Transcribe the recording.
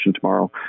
tomorrow